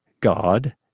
God